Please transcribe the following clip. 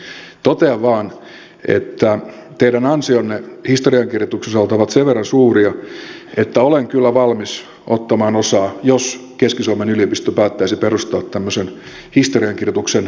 totean vain että teidän ansionne historiankirjoituksessa ovat sen verran suuria että olen kyllä valmis ottamaan osaa jos keski suomen yliopisto päättäisi perustaa tämmöisen historiankirjoituksen lahjoitusdosentuurin